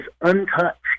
untouched